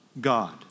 God